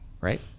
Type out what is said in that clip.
Right